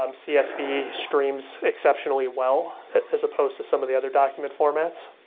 um csv streams exceptionally well as supposed to some of the other document formats.